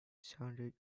sounded